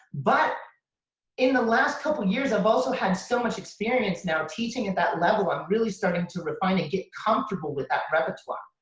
but in the last couple years, i've also had so much experience now teaching at that level, i'm really starting to refine it. get comfortable with that repertoire.